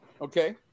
okay